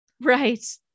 Right